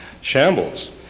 shambles